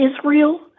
Israel